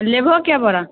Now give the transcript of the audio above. लेबहो कै बोरा